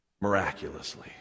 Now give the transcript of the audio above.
miraculously